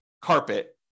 carpet